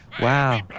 Wow